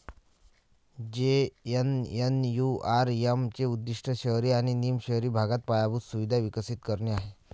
JNNURM चे उद्दीष्ट शहरी आणि निम शहरी भागात पायाभूत सुविधा विकसित करणे आहे